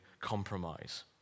compromise